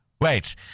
Wait